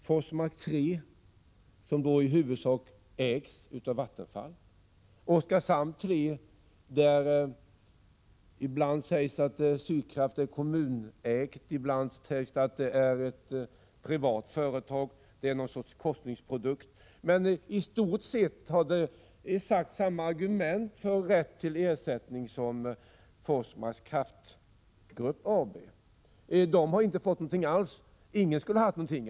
Forsmark 3 ägs i huvudsak av Vattenfall. Vad beträffar Oskarshamn 3 sägs ibland att Sydkraft är kommunägt och ibland att det är ett privat företag. Det är någon sorts korsningsprodukt. I stort sett har det framförts samma argument för rätt till ersättning som för Forsmarks Kraftgrupp AB. Det har inte alls fått något. Ingen skulle ha haft något.